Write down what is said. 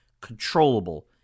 controllable